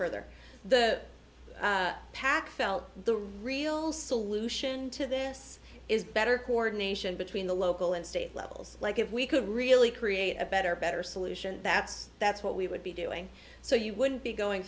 further the pac felt the real solution to this is better coordination between the local and state levels like if we could really create a better better solution that's that's what we would be doing so you wouldn't be going